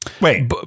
wait